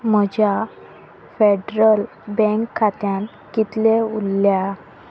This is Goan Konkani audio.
म्हज्या फेडरल बँक खात्यांत कितले उरल्या